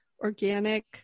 organic